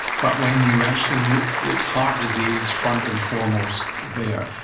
but when you actually look, it's heart disease front and foremost there.